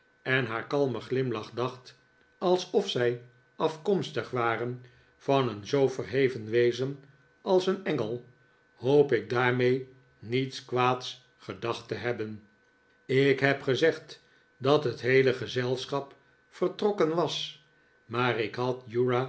en haar kalmen glimlach dacht alsof zij afkomstig waren van een zoo verheven wezen als een engel hoop ik daarmee niets kwaads gedacht te hebben ik heb gezegd dat het heele gezelschap vertrokken was maar ik had